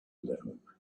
alone